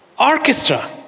orchestra